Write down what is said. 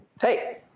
Hey